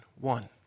One